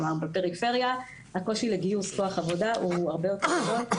בפריפריה הקושי לגיוס כוח עבודה הוא הרבה יותר גדול,